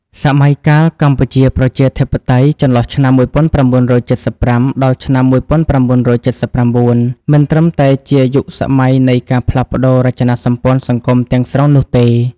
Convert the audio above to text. សម័យកាលកម្ពុជាប្រជាធិបតេយ្យ ចន្លោះឆ្នាំ ១៩៧៥ ដល់ឆ្នាំ ១៩៧៩ មិនត្រឹមតែជាយុគសម័យនៃការផ្លាស់ប្តូររចនាសម្ព័ន្ធសង្គមទាំងស្រុងនោះទេ។